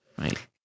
Right